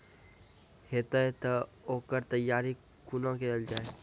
हेतै तअ ओकर तैयारी कुना केल जाय?